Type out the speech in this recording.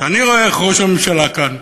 אני רואה איך ראש הממשלה כאן,